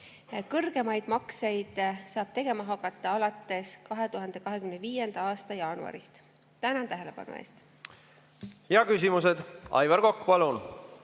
Kõrgemaid makseid saab tegema hakata alates 2025. aasta jaanuarist. Tänan tähelepanu eest! Ja küsimused. Aivar Kokk, palun!